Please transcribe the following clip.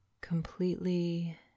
completely